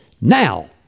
now